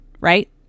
Right